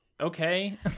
okay